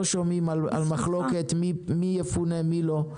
לא שומעים על מחלוקת מי יפונה ומי לא.